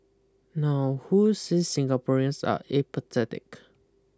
now who said Singaporeans are apathetic